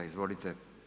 Izvolite.